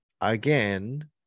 again